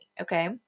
Okay